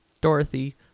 Dorothy